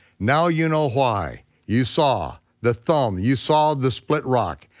now you know why, you saw the thumb, you saw the split rock.